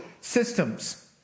systems